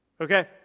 Okay